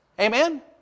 Amen